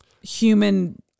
human